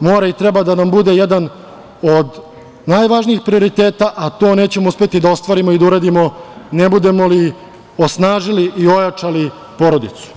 mora i treba da nam bude jedan od najvažnijih prioriteta, a to nećemo uspeti da ostvarimo i da uradimo ne budemo li osnažili i ojačali porodicu.